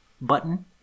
button